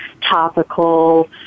topical